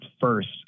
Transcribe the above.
first